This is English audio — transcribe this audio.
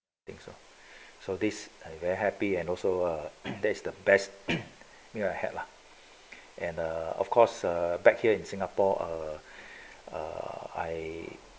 think so so this I very happy and also uh and that's the best meal I had lah and uh of course uh back here in singapore ah err I